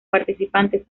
participantes